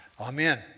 Amen